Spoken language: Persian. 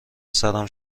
سرم